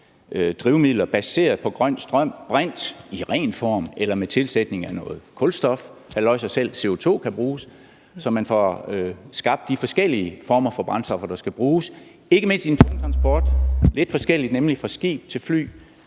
om drivmidler baseret på grøn strøm– brint i ren form eller med tilsætning af noget kulstof, for selv CO2 kan bruges. Så på den måde får man skabt de forskellige former for brændstoffer, der skal bruges, ikke mindst i den tunge transport. Det er nemlig lidt forskelligt fra skib til fly